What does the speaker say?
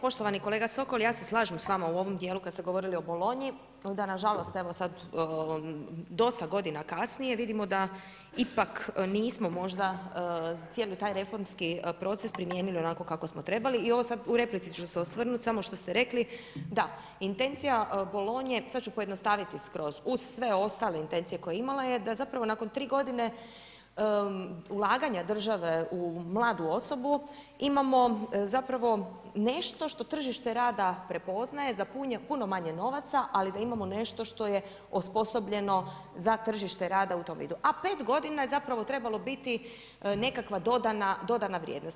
Poštovani kolega Sokol, ja se slažem s vama u ovom djelu kad ste govorili o Bologni, da nažalost evo sad dosta godina kasnije vidimo da ipak nismo možda cijeli taj reformski proces primijenili onako kako smo trebali i u replici ću se osvrnuti samo što ste rekli, da, intencija Bologne, sad ću pojednostaviti skroz, uz sve ostale intencije koje je imala je da zapravo nakon 3 godine ulaganja države u mladu osobu imamo nešto što tržište rada prepoznaje, za puno manje novaca, ali da imamo nešto što je osposobljeno za tržište rada u tom vidu a 5 godina je zapravo trebalo biti nekakva dodana vrijednost.